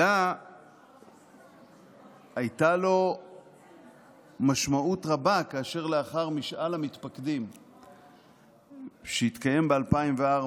אלא הייתה לו משמעות רבה כאשר לאחר משאל המתפקדים שהתקיים ב-2004,